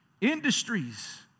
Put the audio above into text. industries